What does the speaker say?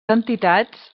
entitats